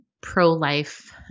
pro-life